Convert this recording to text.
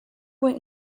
went